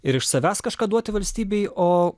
iš savęs kažką duoti valstybei o